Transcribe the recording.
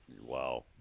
Wow